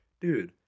dude